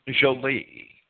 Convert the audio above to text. Jolie